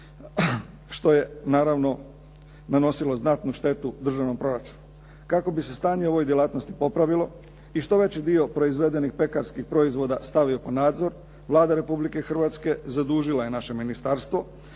Što je naravno znatno nanosilo štetu državnom proračunu. Kako bi se stanje u ovoj djelatnosti popravilo i što veći dio proizvedenih pekarskih proizvoda stavio pod nadzor, Vlada Republike Hrvatske zadužila je naše ministarstvo